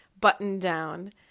button-down